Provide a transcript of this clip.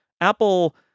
Apple